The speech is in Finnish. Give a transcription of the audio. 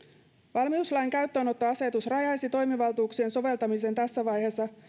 valmiuslain käyttöönottoasetus rajaisi toimivaltuuksien soveltamisen tässä vaiheessa